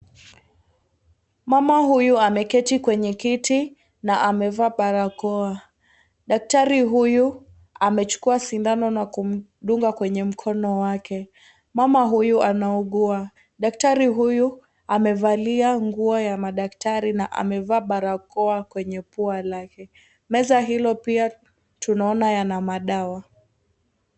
Mama huyu ameketi kwenye kiti na mevaa barakoa, daktari huyu amechukua sindano na kumdunga kwenye mkono wake, mama huyu anaugua daktari huyu amevalia nguo ya madaktari na amevaa barakoa kwenye pua lake meza hilo pia tunaona yana madawa.